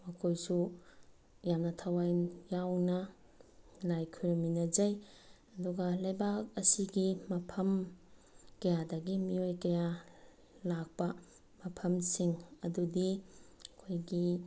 ꯃꯈꯣꯏꯁꯨ ꯌꯥꯝꯅ ꯊꯋꯥꯏ ꯌꯥꯎꯅ ꯂꯥꯏ ꯈꯣꯏꯔꯨꯝꯃꯤꯟꯅꯖꯩ ꯑꯗꯨꯒ ꯂꯩꯕꯥꯛ ꯑꯁꯤꯒꯤ ꯃꯐꯝ ꯀꯌꯥꯗꯒꯤ ꯃꯤꯑꯣꯏ ꯀꯌꯥ ꯂꯥꯛꯄ ꯃꯐꯝꯁꯤꯡ ꯑꯗꯨꯗꯤ ꯑꯩꯈꯣꯏꯒꯤ